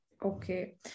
Okay